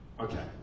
Okay